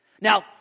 Now